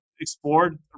explored